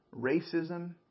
racism